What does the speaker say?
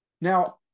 now